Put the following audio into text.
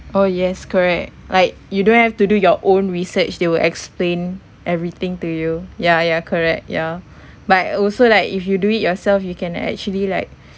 oh yes correct like you don't have to do your own research they will explain everything to you ya ya correct ya but also like if you do it yourself you can actually like